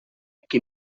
qui